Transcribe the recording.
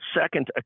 Second